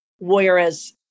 whereas